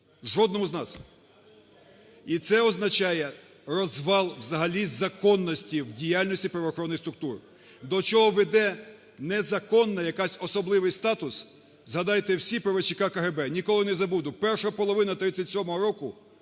жодному з нас. І це означає розвал взагалі законності в діяльності правоохоронних структур. До чого веде незаконна… якась… особливий статус. Згадайте всі про ВЧК КГБ. Ніколи незабуду, перша половина 37-го року